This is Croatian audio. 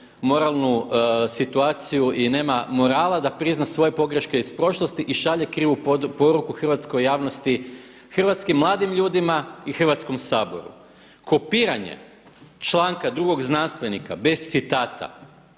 moralnu situaciju i nema morala da prizna svoje pogreške iz prošlosti i šalje krivu poruku hrvatskoj javnosti, hrvatskim mladim ljudima i Hrvatskom saboru. Kopiranje članka drugog znanstvenika bez citata